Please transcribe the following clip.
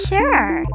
Sure